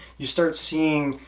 you start seeing